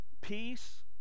peace